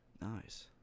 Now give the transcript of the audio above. Nice